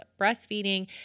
breastfeeding